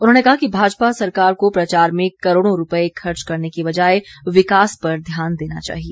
उन्होंने कहा कि भाजपा सरकार को प्रचार में करोड़ों रुपये खर्च करने की बजाए विकास पर ध्यान देना चाहिए